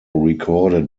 recorded